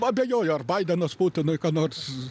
abejoju ar baidenas putinui ką nors